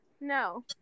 no